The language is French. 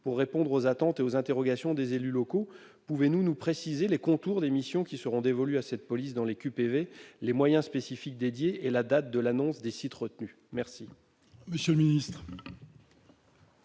pour répondre aux attentes et aux interrogations des élus locaux, pouvez-vous nous préciser les contours des missions qui seront dévolues à cette police dans les QPV, les moyens spécifiques leur seront dédiés et la date à laquelle les sites retenus seront